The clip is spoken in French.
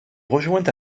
rejoint